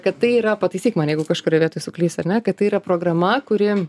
kad tai yra pataisyk mane jeigu kažkurioj vietoj suklysiu ar ne kad tai yra programa kuri